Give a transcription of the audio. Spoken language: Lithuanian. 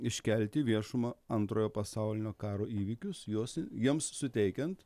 iškelti į viešumą antrojo pasaulinio karo įvykius juos jiems suteikiant